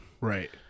right